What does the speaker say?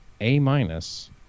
A-minus